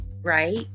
right